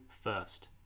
first